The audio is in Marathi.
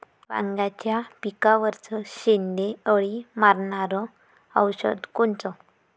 वांग्याच्या पिकावरचं शेंडे अळी मारनारं औषध कोनचं?